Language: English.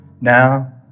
now